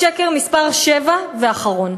שקר מספר שבע ואחרון,